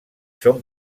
són